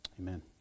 Amen